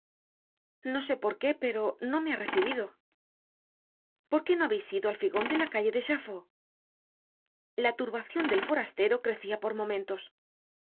no sé por qué pero no me ha recibido por qué no habeis ido al figon de la calle de chaffaud la turbacion del forastero crecia por momentos